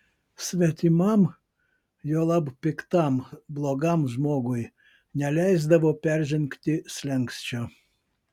svetimam juolab piktam blogam žmogui neleisdavo peržengti slenksčio